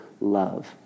love